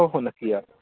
हो हो नक्की या